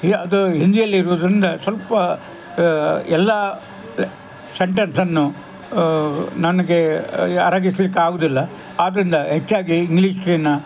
ಇಲ್ಲ ಅದು ಹಿಂದಿಯಲ್ಲಿರೋದ್ರಿಂದ ಸ್ವಲ್ಪ ಎಲ್ಲ ಸೆಂಟೆನ್ಸನ್ನು ನನಗೆ ಅರಗಿಸಲಿಕ್ಕಾಗುದಿಲ್ಲ ಆದ್ದರಿಂದ ಹೆಚ್ಚಾಗಿ ಇಂಗ್ಲೀಷಿನ